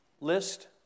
list